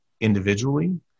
individually